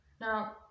Now